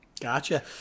Gotcha